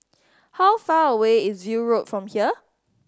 how far away is View Road from here